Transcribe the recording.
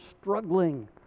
struggling